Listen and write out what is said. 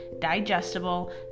digestible